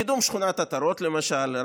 קידום שכונת עטרות למשל,